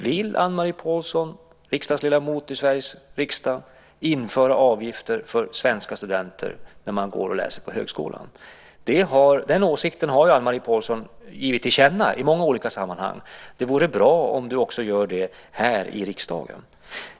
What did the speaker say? Vill Anne-Marie Pålsson, ledamot i Sveriges riksdag, införa avgifter för svenska studenter när de läser på högskolan? Den åsikten har Anne-Marie Pålsson givit till känna i många olika sammanhang. Det vore bra om du också gjorde det här i riksdagen.